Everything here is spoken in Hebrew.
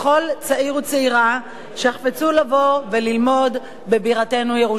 וצעירה שיחפצו לבוא וללמוד בבירתנו ירושלים.